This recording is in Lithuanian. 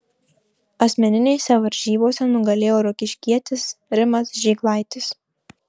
asmeninėse varžybose nugalėjo rokiškietis rimas žėglaitis